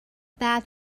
bad